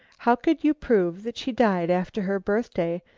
how could you prove that she died after her birthday,